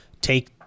take